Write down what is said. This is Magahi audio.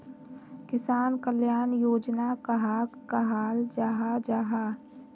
किसान कल्याण योजना कहाक कहाल जाहा जाहा?